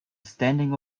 standing